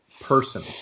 person